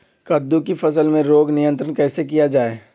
कददु की फसल में रोग नियंत्रण कैसे किया जाए?